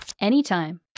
anytime